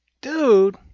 Dude